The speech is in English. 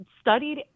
studied